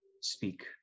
speak